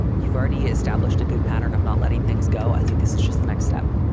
you've already established a good pattern of not letting things go. i think this is just the next step.